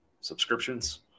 subscriptions